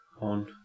on